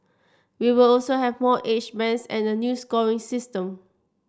we will also have more age bands and a new scoring system